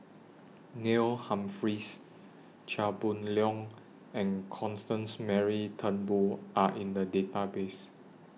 Neil Humphreys Chia Boon Leong and Constance Mary Turnbull Are in The Database